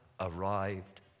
arrived